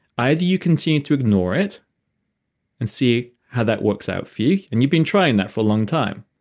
either you continue to ignore it and see how that works out for you and you've been trying that for a long time.